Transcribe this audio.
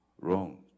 wrong